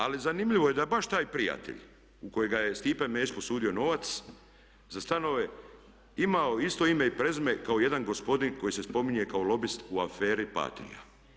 Ali zanimljivo je da baš taj prijatelj u kojega je Stipe Mesić posudio novac za stanove imao isto ime i prezime kao jedan gospodin koji se spominje kao lobist u aferi "Patrija"